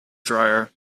dryer